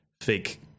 fake